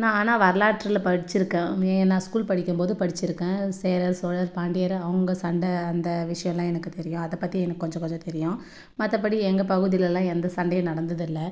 நான் ஆனால் வரலாற்றில் படித்திருக்கேன் நான் ஸ்கூல் படிக்கும்போது படித்திருக்கேன் சேரர் சோழர் பாண்டியர் அவங்க சண்டை அந்த விஷயம்லாம் எனக்கு தெரியும் அதை பற்றி எனக்கு கொஞ்சம் கொஞ்சம் தெரியும் மற்றபடி எங்கள் பகுதிகளெல்லாம் எந்த சண்டையும் நடந்தது இல்லை